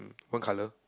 one colour